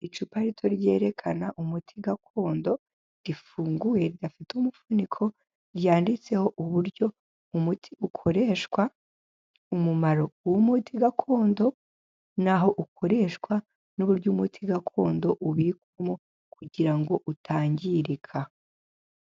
Icupa rito ryerekana umuti gakondo, rifunguye ridafite umuvuniko, ryanditseho uburyo umuti ukoreshwa, umumaroti gakondo, naho ukoreshwa, n'uburyo umuti gakondo ubikwamo, kugira ngo utangirika.